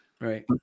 Right